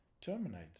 terminate